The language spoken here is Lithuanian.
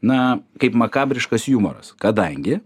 na kaip makabriškas jumoras kadangi